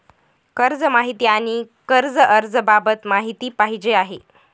कर्ज माहिती आणि कर्ज अर्ज बाबत माहिती पाहिजे आहे